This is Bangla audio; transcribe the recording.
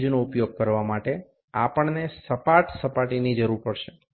এই গভীরতা মাপকটি ব্যবহারের জন্য আমাদের একটি সমতল পৃষ্ঠ প্রয়োজন